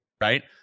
right